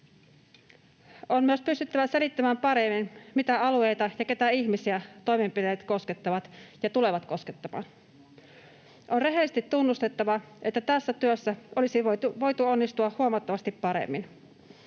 On myös pystyttävä selittämään paremmin, mitä alueita ja keitä ihmisiä toimenpiteet koskettavat ja tulevat koskettamaan. On rehellisesti tunnustettava, että tässä työssä olisi voitu onnistua huomattavasti paremmin.